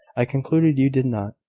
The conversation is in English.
i concluded you did not.